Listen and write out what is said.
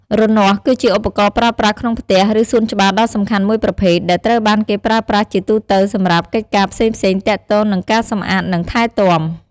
រនាស់ គឺជាឧបករណ៍ប្រើប្រាស់ក្នុងផ្ទះ ឬសួនច្បារដ៏សំខាន់មួយប្រភេទ ដែលត្រូវបានគេប្រើប្រាស់ជាទូទៅសម្រាប់កិច្ចការផ្សេងៗទាក់ទងនឹងការសម្អាត និងថែទាំ។